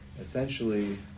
essentially